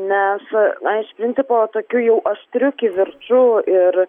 nes na iš principo tokiu jau aštriu kivirču ir